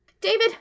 David